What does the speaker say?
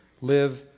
Live